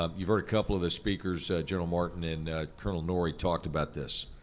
um you've heard a couple of the speakers, general martin and colonel norrie talked about this.